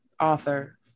author